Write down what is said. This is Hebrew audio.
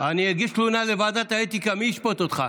אני אגיש תלונה לוועדת האתיקה, מי ישפוט אותך?